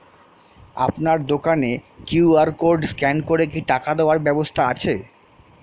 আপনার দোকানে QR code scan করে কি টাকা দেওয়ার ব্যবস্থা আছে?